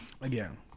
Again